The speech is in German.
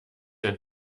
ein